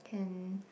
can